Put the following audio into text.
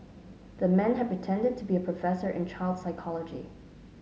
the man had pretended to be a professor in child psychology